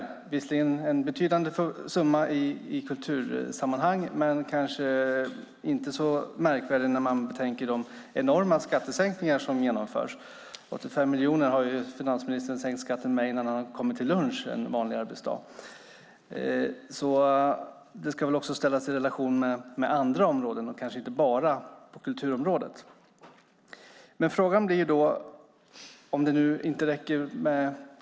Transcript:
Det är visserligen en betydande summa i kultursammanhang, men kanske inte så märkvärdig när man betänker de enorma skattesänkningar som genomförs. 85 miljoner har ju finansministern sänkt skatten med innan han har kommit till lunch en vanlig arbetsdag. Detta ska ställas i relation också till andra områden, och kanske inte bara till annat på kulturområdet.